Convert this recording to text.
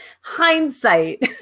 hindsight